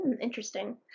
Interesting